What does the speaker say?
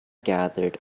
gathered